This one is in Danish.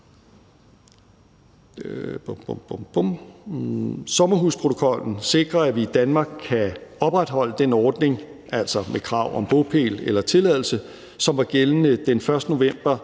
Sommerhusprotokollen sikrer, at vi i Danmark kan opretholde ordningen med krav om bopæl eller tilladelse, som var gældende den 1. november